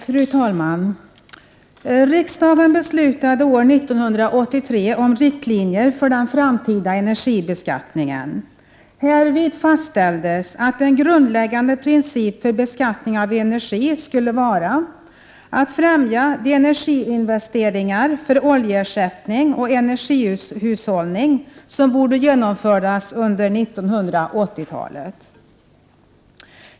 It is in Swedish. Fru talman! Riksdagen beslutade år 1983 om riktlinjer för den framtida energibeskattningen. Härvid fastställdes att en grundläggande princip för beskattningen av energi skulle vara att främja de energiinvesteringar för oljeersättning och energihushållning som borde genomföras under 1980 talet.